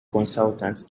consultants